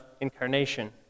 incarnation